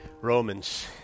Romans